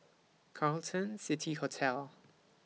Carlton City Hotel